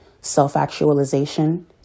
Self-actualization